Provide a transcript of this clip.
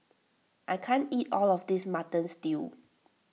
I can't eat all of this Mutton Stew